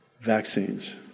vaccines